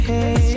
Hey